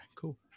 cool